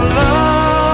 love